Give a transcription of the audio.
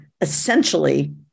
essentially